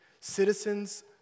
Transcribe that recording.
citizens